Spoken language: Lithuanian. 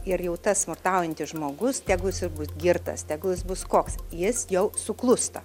ir jau tas smurtaujantis žmogus tegul jis ir bus girtas tegul jis bus koks jis jau suklūsta